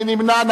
מי נמנע?